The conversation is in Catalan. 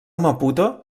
maputo